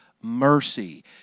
mercy